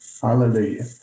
Hallelujah